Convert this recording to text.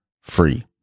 free